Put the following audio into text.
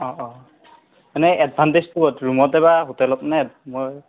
অঁ অঁ এনে এডভান্টেজ ক'ত ৰুমতে বা হোটেলত নে মই